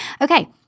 Okay